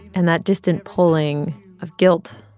and that distant pulling of guilt,